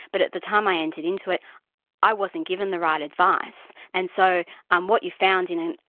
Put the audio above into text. but at the time i entered into it i wasn't given the right advice', and so um what you've found in an,